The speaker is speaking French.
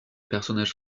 personnage